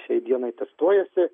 šiai dienai atestuojasi